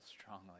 strongly